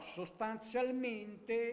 sostanzialmente